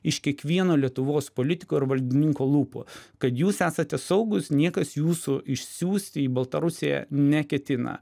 iš kiekvieno lietuvos politiko ir valdininko lūpų kad jūs esate saugūs niekas jūsų išsiųsti į baltarusiją neketina